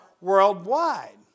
worldwide